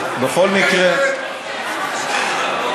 כולם לשבת.